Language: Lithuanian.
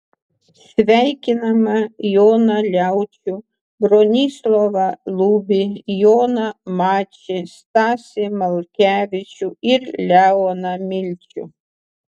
sveikiname joną liaučių bronislovą lubį joną mačį stasį malkevičių ir leoną milčių